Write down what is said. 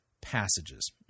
passages